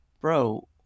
bro